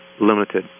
Limited